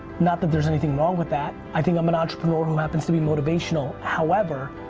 not that there's anything wrong with that, i think i'm an entrepreneur who happens to be motivational, however,